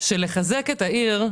שלחזק את העיר,